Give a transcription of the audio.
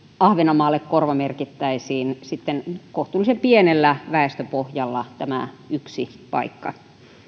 ahvenanmaalle korvamerkittäisiin kohtuullisen pienellä väestöpohjalla tämä yksi paikka